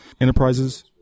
enterprises